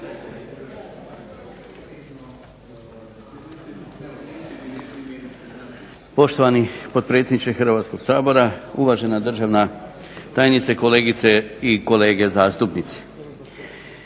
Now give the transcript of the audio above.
Poštovani potpredsjedniče Hrvatskog sabora, uvažena državna tajnice, kolegice i kolege zastupnici.